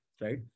right